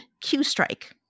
Q-Strike